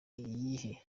iyihe